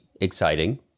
exciting